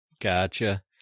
Gotcha